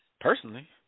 personally